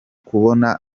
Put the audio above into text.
kubona